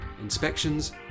inspections